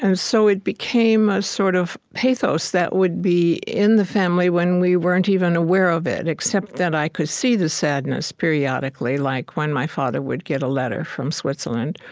and so it became a sort of pathos that would be in the family when we weren't even aware of it, except that i could see the sadness periodically, like when my father would get a letter from switzerland,